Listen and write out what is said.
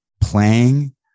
playing